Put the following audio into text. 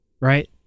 right